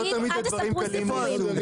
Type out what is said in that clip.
לא תמיד הדברים קלים.